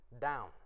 down